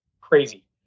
crazy